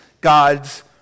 God's